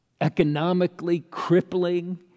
economically-crippling